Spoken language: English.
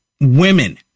women